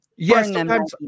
Yes